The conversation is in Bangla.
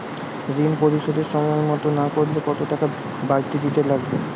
ঋন পরিশোধ সময় মতো না করলে কতো টাকা বারতি লাগতে পারে?